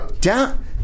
Down